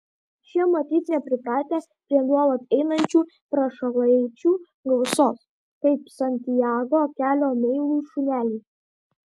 šie matyt nepripratę prie nuolat einančių prašalaičių gausos kaip santiago kelio meilūs šuneliai